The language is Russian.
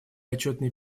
отчетный